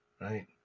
right